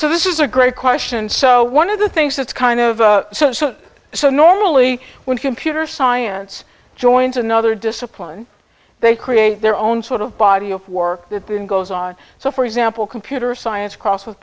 so this is a great question so one of the things that's kind of so so normally when computer science joins another discipline they create their own sort of body of work that been goes on so for example computer science class with